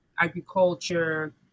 Agriculture